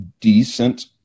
decent